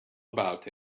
about